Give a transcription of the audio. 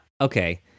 Okay